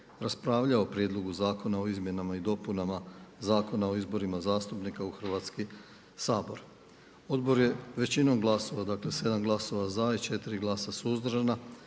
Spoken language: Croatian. raspravljao o Prijedlogu zakona o izmjenama i dopunama Zakona o izborima zastupnika u Hrvatski sabor. Odbor je većinom glasova, dakle 7 glasova za i 4 glasa suzdržana